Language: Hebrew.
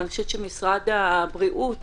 אני חושבת שמשרד הבריאות